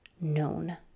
known